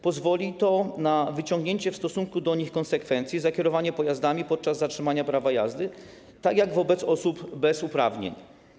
Pozwoli to na wyciągnięcie w stosunku do nich konsekwencji za kierowanie pojazdami podczas zatrzymania prawa jazdy, tak jak wobec osób bez uprawnień.